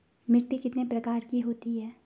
मिट्टी कितने प्रकार की होती है?